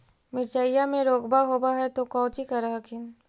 मिर्चया मे रोग्बा होब है तो कौची कर हखिन?